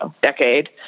decade